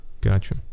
Gotcha